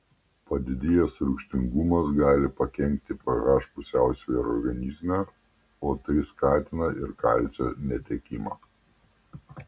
padidėjęs rūgštingumas gali pakenkti ph pusiausvyrai organizme o tai skatina ir kalcio netekimą